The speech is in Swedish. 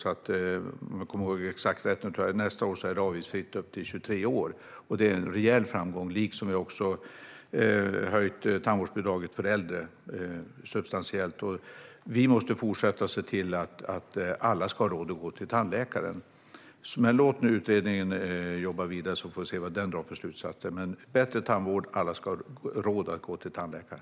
Om jag kommer ihåg rätt blir det nästa år avgiftsfritt upp till 23 års ålder. Det är en rejäl framgång, liksom att vi har höjt tandvårdsbidraget för äldre substantiellt. Vi måste fortsätta och se till att alla får råd att gå till tandläkaren. Låt nu utredningen jobba vidare så att vi får se vad den drar för slutsatser. Men bättre tandvård ska vi ha, och alla ska ha råd att gå till tandläkaren.